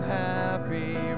happy